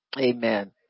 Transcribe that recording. Amen